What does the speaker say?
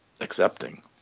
accepting